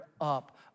up